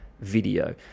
video